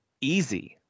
easy